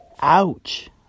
Ouch